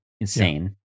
insane